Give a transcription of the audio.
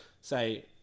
say